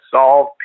solve